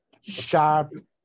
sharp